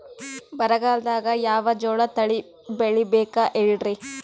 ಬರಗಾಲದಾಗ್ ಯಾವ ಜೋಳ ತಳಿ ಬೆಳಿಬೇಕ ಹೇಳ್ರಿ?